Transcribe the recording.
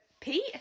Pete